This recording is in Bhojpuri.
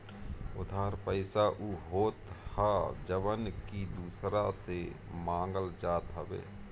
उधार पईसा उ होत हअ जवन की दूसरा से मांगल जात हवे